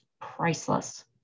priceless